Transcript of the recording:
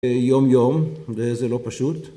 יום-יום. וזה לא פשוט...